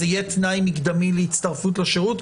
זה יהיה תנאי מקדמי להצטרפות לשירות?